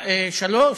443,